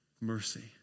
mercy